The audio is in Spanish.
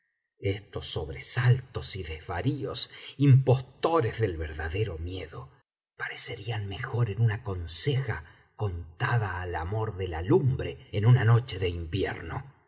estos sobresaltos y desvarios impostores del verdadero miedo parecerían mejor en una conseja contada al amor de la lumbre en una noche de invierno